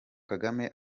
kagame